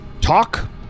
talk